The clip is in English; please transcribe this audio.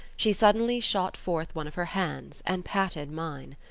she suddenly shot forth one of her hands and patted mine.